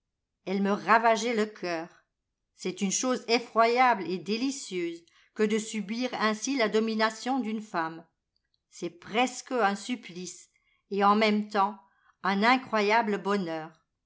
elle me ravageait le cœur c'est une chose effroyable et délicieuse que de subir ainsi la domination d'une femme c'est presque un supplice et en même temps un incroyable bonheur